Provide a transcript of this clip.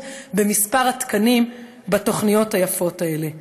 במספר התקנים בתוכניות היפות האלה,